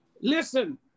listen